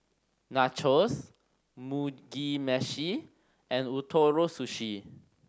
Nachos Mugi Meshi and Ootoro Sushi